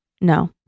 No